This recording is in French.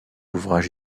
ouvrage